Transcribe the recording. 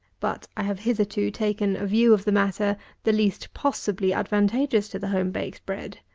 but i have hitherto taken a view of the matter the least possibly advantageous to the home-baked bread.